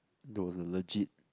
though was a legit